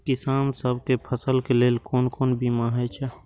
किसान सब के फसल के लेल कोन कोन बीमा हे छे?